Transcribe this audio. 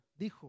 dijo